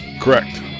Correct